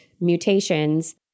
mutations